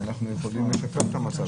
אנחנו יכולים לשפר את המצב